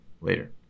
later